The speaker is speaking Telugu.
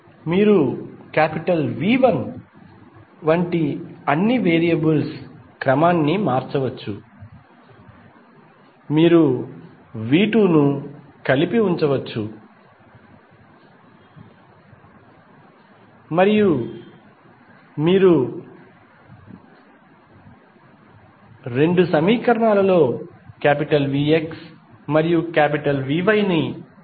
మీరు V1 వంటి అన్ని వేరియబుల్స్ క్రమాన్ని మార్చవచ్చు మీరు V2 ను కలిపి ఉంచవచ్చు మరియు మీరు రెండు సమీకరణాలలో VX మరియు VYకలిపి చేయవచ్చు